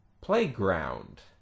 playground